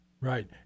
Right